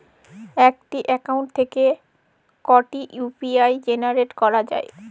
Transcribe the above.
একটি অ্যাকাউন্ট থেকে কটি ইউ.পি.আই জেনারেট করা যায়?